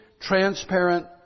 transparent